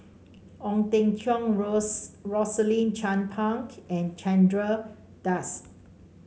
Ong Teng Cheong Rose Rosaline Chan and Chandra Das